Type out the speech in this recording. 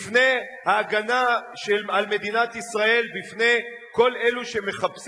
לפני ההגנה על מדינת ישראל בפני כל אלו שמחפשים